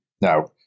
Now